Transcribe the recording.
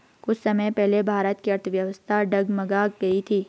कुछ समय पहले भारत की अर्थव्यवस्था डगमगा गयी थी